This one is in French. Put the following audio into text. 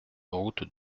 route